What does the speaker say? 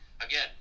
again